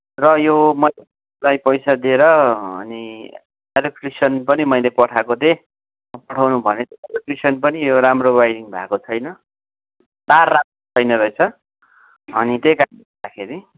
र यो मलाई पैसा दिएर अनि इलेक्ट्रिसियन पनि मैले पठाएको थिएँ पठाउन भनेको इलेक्ट्रिसियन पनि यो राम्रो वायरिङ भएको छैन तार राम्रो रहेनरहेछ अनि त्यही कारणले गर्दाखेरि